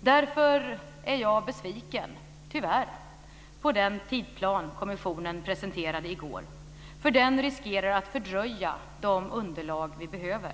Därför är jag besviken, tyvärr, på den tidsplan som kommissionen presenterade i går. Den riskerar att fördröja de underlag vi behöver.